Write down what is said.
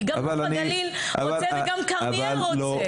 כי גם נוף הגליל רוצה וגם כרמיאל רוצה.